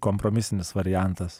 kompromisinis variantas